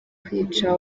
kwica